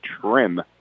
trim